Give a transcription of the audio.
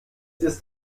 ist